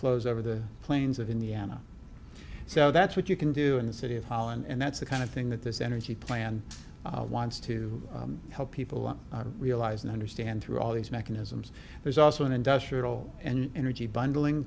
flows over the plains of indiana so that's what you can do in the city of holland and that's the kind of thing that this energy plan wants to help people realize and understand through all these mechanisms there's also an industrial and energy bundling